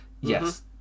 yes